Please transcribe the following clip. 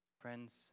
Friends